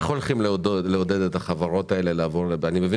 איך הולכים לעודד את החברות האלה לעבור לשם?: אני מבין